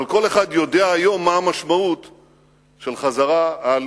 אבל כל אחד יודע היום מה המשמעות של החזרה על